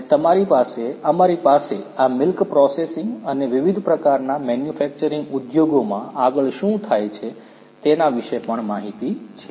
અને અમારી પાસે આ મિલ્ક પ્રોસેસિંગ અને વિવિધ પ્રકારના મેન્યુફેકચરિંગ ઉદ્યોગો માં આગળ શું થાય છે તેના વિષે પણ માહિતી છે